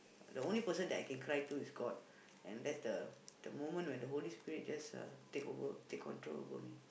the only person that I can cry to is God and that's the the moment when the Holy-Spirit just uh take over take control over me